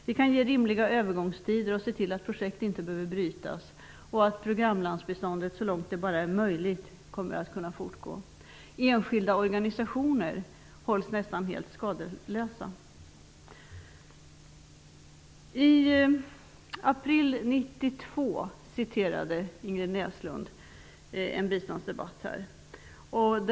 Vi kan ge rimliga övergångstider och se till att projekt inte behöver brytas och att programlandsbiståndet så långt det bara är möjligt kommer att kunna fortgå. Enskilda organisationer hålls nästan helt skadeslösa. Ingrid Näslund citerade från en biståndsdebatt i april 1992.